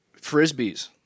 frisbees